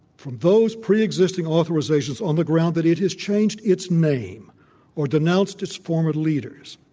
from those pre existing authorizations on the ground that it has changed its name or denounced its former leaders.